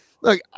look